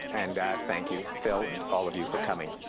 and thank you, phil, and all of you for coming.